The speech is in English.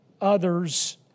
others